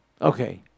okay